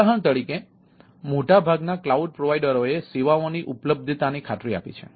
ઉદાહરણ તરીકે મોટાભાગના ક્લાઉડ પ્રોવાઈડરોએ સેવાઓની ઉપલબ્ધતાની ખાતરી આપી છે